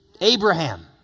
Abraham